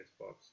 Xbox